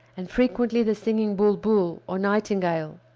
and frequently the singing bulbul, or nightingale,